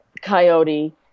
coyote